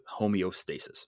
homeostasis